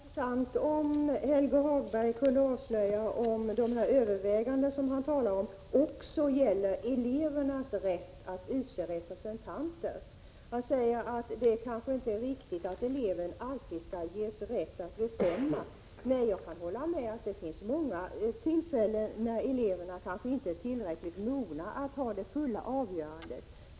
Fru talman! Det skulle vara intressant om Helge Hagberg kunde avslöja om de överväganden som han talade om också gäller elevernas rätt att utse representanter. Han säger att det kanske inte är riktigt att eleven alltid skall ges rätt att bestämma. Jag kan hålla med om att det finns många tillfällen när eleverna kanske inte är tillräckligt mogna att fatta det fulla avgörandet.